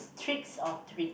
tricks or treat